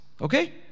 okay